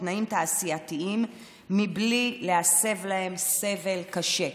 בתנאים תעשייתיים בלי להסב להם סבל קשה.